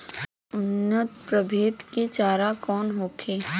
उन्नत प्रभेद के चारा कौन होखे?